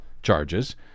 Charges